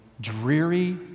dreary